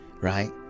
right